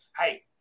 hey